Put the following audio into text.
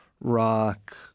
rock